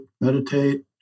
meditate